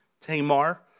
Tamar